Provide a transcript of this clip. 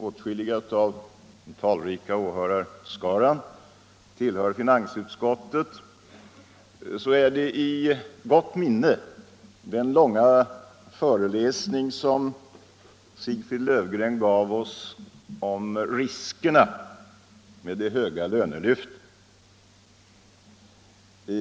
Åtskilliga i den ”talrika” åhörarskaran här tillhör finansutskottet, och vi har i gott minne den långa föreläsning som Sigfrid Löfgren gav oss om riskerna med de höga lönelyften.